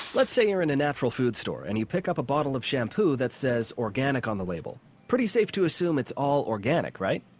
let's say you're in a natural foods store and you pick up a bottle of shampoo that says organic on the label. pretty safe to assume it's all organic right?